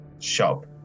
shop